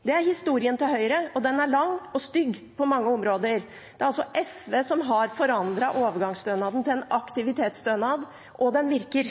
Det er historien til Høyre, og den er lang og stygg på mange områder. Det er altså SV som forandret overgangsstønaden til en aktivitetsstønad, og den virker.